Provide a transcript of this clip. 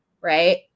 right